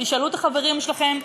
תשאלו את החברים שלכם,